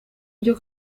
ibyo